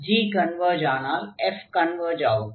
g converge ஆனால் f converge ஆகும்